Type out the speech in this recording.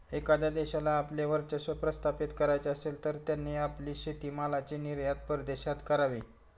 एखाद्या देशाला आपले वर्चस्व प्रस्थापित करायचे असेल, तर त्यांनी आपली शेतीमालाची निर्यात परदेशात करावी